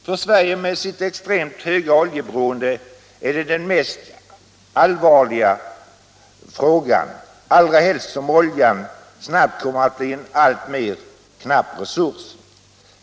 För Sverige med sitt extremt höga oljeberoende är det den mest allvarliga frågan, allra helst som oljan snabbt kommer att bli en alltmer knapp resurs.